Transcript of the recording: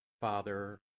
Father